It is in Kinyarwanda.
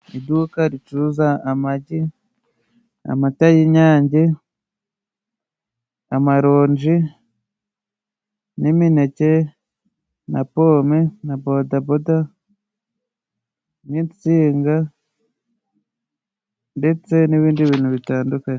Iduka ricuruza amagi, amata y'inyange, amaronji, n'imineke na pome na bodaboda, n'intsinga, ndetse n'ibindi bintu bitandukanye.